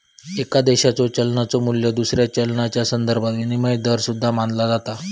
एका देशाच्यो चलनाचो मू्ल्य दुसऱ्या चलनाच्यो संदर्भात विनिमय दर सुद्धा मानला जाता